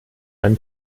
ein